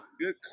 Good